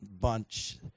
bunch